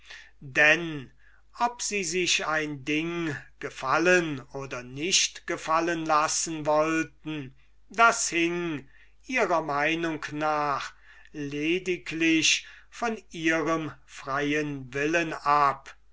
denn ob sie sich ein ding gefallen oder nicht gefallen lassen wollten das hing ihrer meinung nach lediglich von ihrem freien willen ab